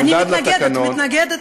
אני מתנגדת,